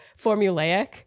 formulaic